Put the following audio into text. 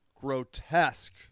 grotesque